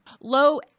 low